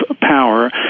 power